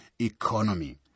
economy